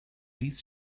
reached